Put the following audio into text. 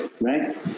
right